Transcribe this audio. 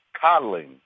coddling